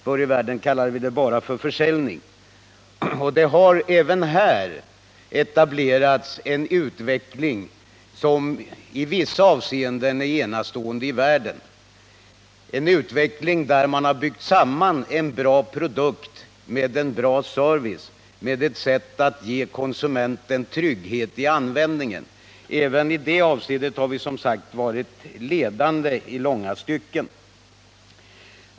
Förr i världen kallade vi det bara försäljning. Även på den punkten har en utveckling ägt rum som i vissa avseenden är enastående i världen — en utveckling där man har byggt samman en bra produkt med en bra service, ett sätt att ge konsumenten trygghet i användningen. Även i det avseendet har vi, som sagt, i långa stycken varit internationellt ledande.